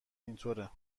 اینطوره